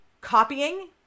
copying